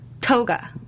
Toga